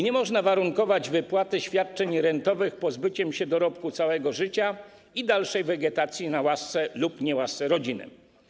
Nie można warunkować wypłaty świadczeń rentowych pozbyciem się dorobku całego życia i dalszą wegetacją na łasce lub niełasce rodziny.